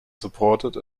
supported